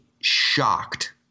shocked